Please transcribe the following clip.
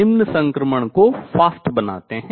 निम्न संक्रमण को fast बनाते हैं